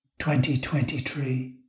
2023